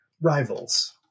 rivals